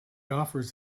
offers